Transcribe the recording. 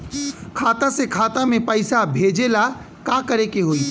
खाता से खाता मे पैसा भेजे ला का करे के होई?